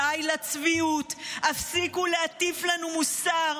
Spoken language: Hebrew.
די לצביעות, הפסיקו להטיף לנו מוסר.